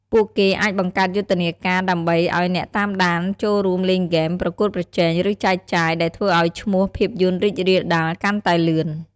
ពួកគេអាចបង្កើតយុទ្ធនាការដើម្បីឱ្យអ្នកតាមដានចូលរួមលេងហ្គេម ប្រកួតប្រជែង ឬចែកចាយ ដែលធ្វើឱ្យឈ្មោះភាពយន្តរីករាលដាលកាន់តែលឿន។